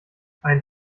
einen